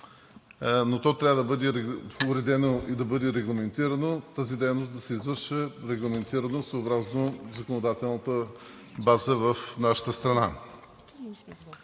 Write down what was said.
Но то трябва да бъде уредено и тази дейност да се извършва регламентирано съгласно законодателната база в нашата страна.